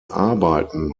arbeiten